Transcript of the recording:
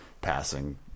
passing